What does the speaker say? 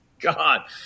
God